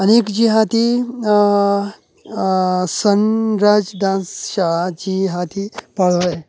आनीक जी हा ती सनराज डान्स शाळा जी आसा ती पाळोळें